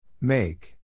Make